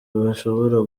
bashobora